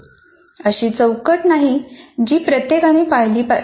अशी चौकट नाही जी प्रत्येकाने पाळली पाहिजे